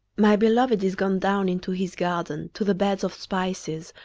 my beloved is gone down into his garden, to the beds of spices,